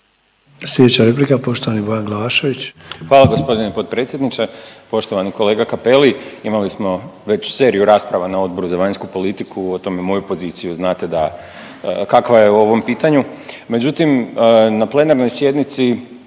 Slijedeća replika poštovani Goran Ivanović.